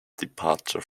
departure